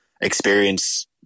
experience